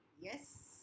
Yes